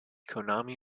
konami